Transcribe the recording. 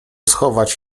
schować